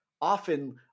often